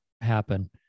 happen